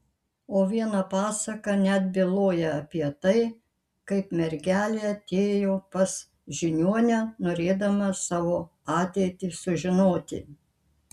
o viena pasaka net byloja apie tai kaip mergelė atėjo pas žiniuonę norėdama savo ateitį sužinoti